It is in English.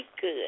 good